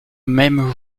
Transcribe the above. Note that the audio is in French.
même